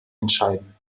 entscheiden